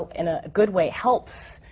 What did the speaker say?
in a good way, helps,